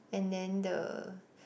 and then the